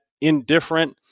indifferent